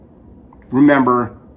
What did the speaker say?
Remember